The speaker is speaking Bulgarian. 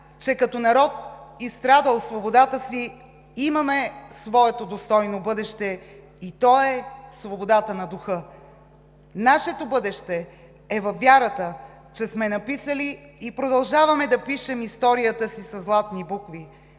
че като народ, изстрадал свободата си, имаме своето достойно бъдеще, и то е свободата на духа. Нашето бъдеще е във вярата, че сме написали и продължаваме да пишем историята си със златни букви.